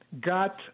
got